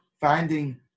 finding